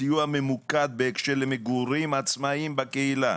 סיוע ממוקד באשר למגורים עצמאיים בקהילה,